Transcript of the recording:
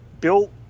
Bill